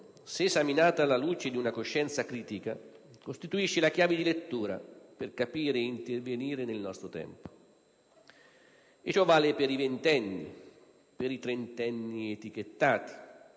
se esaminata alla luce di una coscienza critica, costituisce la chiave di lettura per capire ed intervenire nel nostro tempo e ciò vale per i ventenni, per i trentenni etichettati,